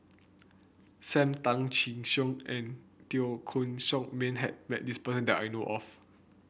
Sam Tan Chin Siong and Teo Koh Sock Miang has met this person that I know of